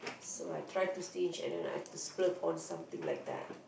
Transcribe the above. so I try to stinge and then I like to splurge on something like that